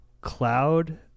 cloud